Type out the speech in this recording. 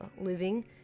living